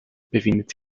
befindet